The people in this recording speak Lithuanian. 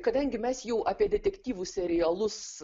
kadangi mes jau apie detektyvų serialus